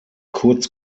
kurz